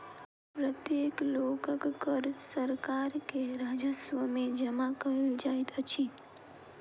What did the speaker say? प्रत्येक लोकक कर सरकार के राजस्व में जमा कयल जाइत अछि